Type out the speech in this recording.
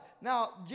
Now